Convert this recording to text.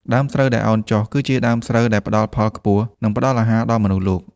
ដើមស្រូវដែលឱនចុះ គឺជាដើមស្រូវដែលផ្ដល់ផលខ្ពស់ និងផ្ដល់អាហារដល់មនុស្សលោក។